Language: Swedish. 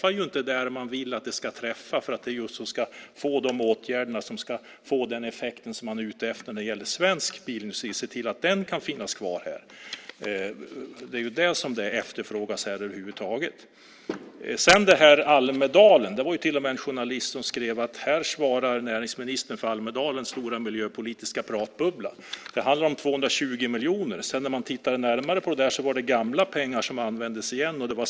Det träffar inte där man vill att det ska träffa för att åtgärderna ska få den effekt som man är ute efter när det gäller svensk bilindustri och när det gäller att se till att den kan finnas kvar i landet. Det är ju det som efterfrågas här. Sedan har vi det här med Almedalen. En journalist skrev till och med: Här svarar näringsministern för Almedalens stora politiska pratbubbla. Det handlar om 220 miljoner. När man tittar närmare på detta ser man att det är gamla pengar som använts igen.